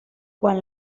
quan